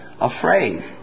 afraid